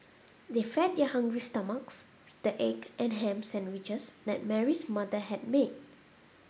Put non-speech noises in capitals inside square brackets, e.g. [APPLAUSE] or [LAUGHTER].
[NOISE] they fed their hungry stomachs with the egg and ham sandwiches that Mary's mother had made